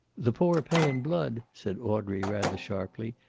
the poor pay in blood, said audrey, rather sharply.